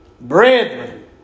Brethren